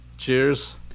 Cheers